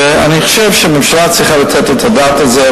ואני חושב שהממשלה צריכה לתת את הדעת על זה.